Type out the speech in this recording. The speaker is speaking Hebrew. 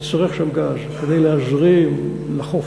נצטרך שם גז כדי להזרים לחוף